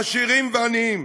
עשירים ועניים,